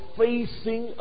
facing